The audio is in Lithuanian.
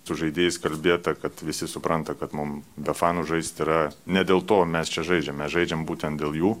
su žaidėjais kalbėta kad visi supranta kad mum be fanų žaisti yra ne dėl to mes čia žaidžiam mes žaidžiam būtent dėl jų